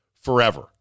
forever